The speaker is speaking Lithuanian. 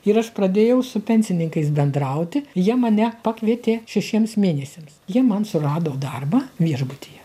ir aš pradėjau su pensininkais bendrauti jie mane pakvietė šešiems mėnesiams jie man surado darbą viešbutyje